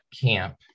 camp